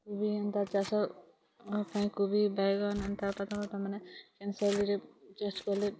କୋବି ଏନ୍ତା ଚାଷ୍ କୋବି ବାଇଗଣ ଏନ୍ତା ମାନେ ଏନ୍ ଶୈଳୀରେ ଚାଷ୍ କଲେ